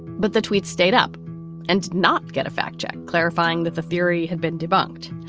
but the tweet stayed up and not get a fact check clarifying that the theory had been debunked.